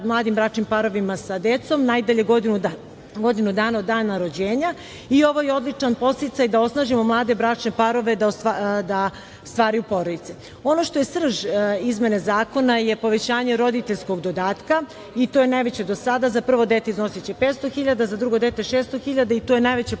mladim bračnim parovima sa decom, najdalje godinu dana od dana rođenja i ovo je odličan podsticaj da osnažimo mlade bračne parove da stvaraju porodicu. Ono što je srž izmene zakona je povećanje roditeljskog dodatka i to je najveće do sada za prvo dete iznosiće 500 hiljada, za drugo dete 600 hiljada i to je najveće